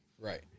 Right